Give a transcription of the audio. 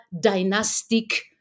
dynastic